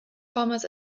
pommes